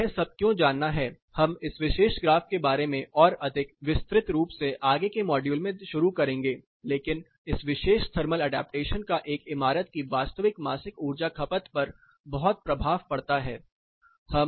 आपको यह सब क्यों जानना है हम इस विशेष ग्राफ के बारे में और अधिक विस्तृत रूप से आगे के मॉड्यूल में शुरू करेंगे लेकिन इस विशेष थर्मल ऐडप्टेशन का एक इमारत की वास्तविक मासिक ऊर्जा खपत पर बहुत प्रभाव पड़ता है